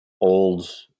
old